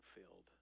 filled